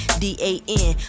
d-a-n